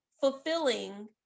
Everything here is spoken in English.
fulfilling